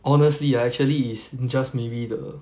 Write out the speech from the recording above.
honestly ah actually is just maybe the